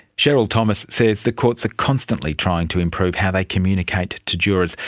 cheryl thomas says the courts are constantly trying to improve how they communicate to jurors,